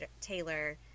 Taylor